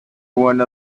one